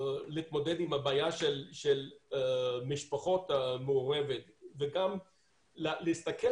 להתמודד עם הבעיה של משפחות מעורבות ולהסתכל